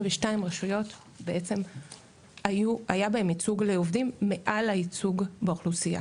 רשויות בעצם היה בהם ייצוג לעובדים מעל לייצוג באוכלוסיה,